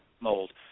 mold